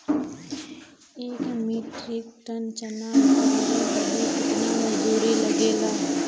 एक metric tonne चना उतारे बदे कितना मजदूरी लगे ला?